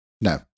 No